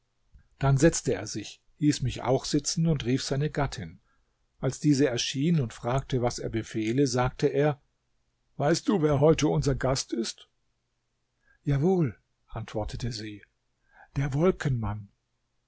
dann setzte er sich hieß mich auch sitzen und rief seine gattin als diese erschien und fragte was er befehle sagte er weißt du wer heute unser gast ist jawohl antwortete sie der